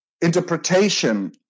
interpretation